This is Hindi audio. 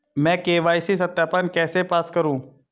मैं के.वाई.सी सत्यापन कैसे पास करूँ?